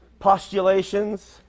postulations